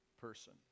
person